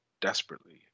desperately